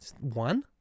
One